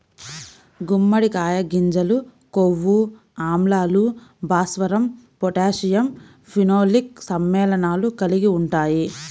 గుమ్మడికాయ గింజలు కొవ్వు ఆమ్లాలు, భాస్వరం, పొటాషియం, ఫినోలిక్ సమ్మేళనాలు కలిగి ఉంటాయి